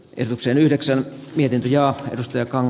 eroksen yhdeksän viiden ja joka on